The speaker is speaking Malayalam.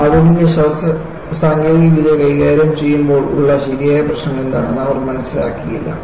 ആധുനിക സാങ്കേതികവിദ്യ കൈകാര്യം ചെയ്യുമ്പോൾ ഉള്ള ശരിയായ പ്രശ്നം എന്താണെന്ന് അവർ മനസ്സിലാക്കിയില്ല